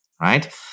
Right